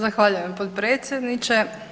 Zahvaljujem potpredsjedniče.